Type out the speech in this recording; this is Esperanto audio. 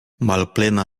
malplena